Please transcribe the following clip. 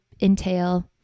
entail